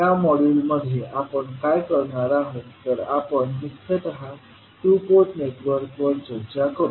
या मॉड्यूलमध्ये आपण काय करणार आहोत तर आपण मुख्यत टू पोर्ट नेटवर्कवर चर्चा करू